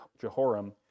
Jehoram